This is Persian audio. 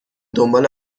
دنبال